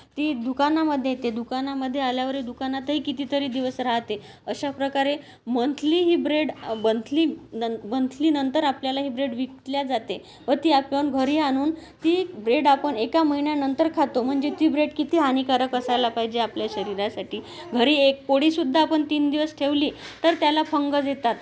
ती दुकानामध्ये येते दुकानामध्ये आल्यावर दुकानातही कितीतरी दिवस राहते अशाप्रकारे मंथली ही ब्रेड अ मंथली नन् मंथलीनंतर आपल्याला हे ब्रेड विकली जाते व ती आपण घरी आणून ती ब्रेड आपण एका महिन्यानंतर खातो म्हणजे ती ब्रेड किती हानिकारक असायला पाहिजे आपल्या शरीरासाठी घरी एक पोळीसुद्धा आपण तीन दिवस ठेवली तर त्याला फंगस येतात